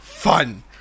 Fun